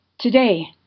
Today